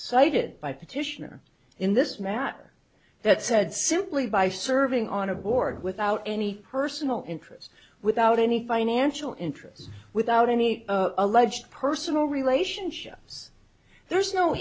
cited by petitioner in this matter that said simply by serving on a board without any personal interest without any financial interest without any alleged personal relationships there's no